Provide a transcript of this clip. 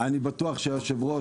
ואני בטוח שהיושב-ראש,